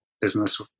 business